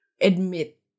Admit